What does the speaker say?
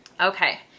Okay